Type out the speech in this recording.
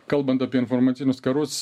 kalbant apie informacinius karus